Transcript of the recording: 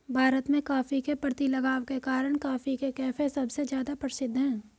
भारत में, कॉफ़ी के प्रति लगाव के कारण, कॉफी के कैफ़े सबसे ज्यादा प्रसिद्ध है